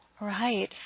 Right